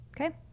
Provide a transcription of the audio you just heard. Okay